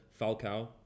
Falcao